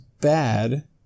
bad